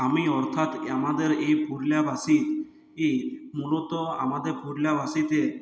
আমি অর্থাৎ আমাদের এই পুরুলিয়াবাসী এই মূলত আমাদের পুরুলিয়াবাসীকে